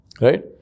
Right